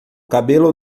cabelo